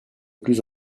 plus